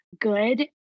good